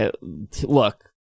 look